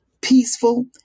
peaceful